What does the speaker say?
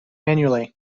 annually